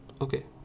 okay